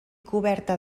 coberta